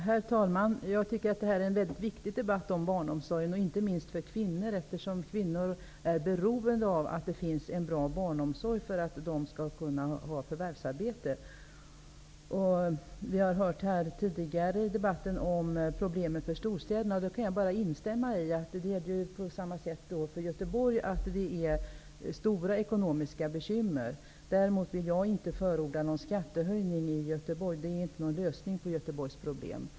Herr talman! Jag tycker att detta är en mycket viktig debatt om barnomsorgen, inte minst för kvinnor, eftersom kvinnor är beroende av att det finns en bra barnomsorg för att de skall kunna ha förvärvsarbete. Vi har tidigare i debatten hört talas om storstädernas problem. Jag kan instämma i detta. Även Göteborg har stora ekonomiska bekymmer. Däremot vill jag inte förorda någon skattehöjning i Göteborg. Det är inte någon lösning på Göteborgs problem.